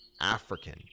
African